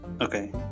Okay